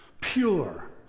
pure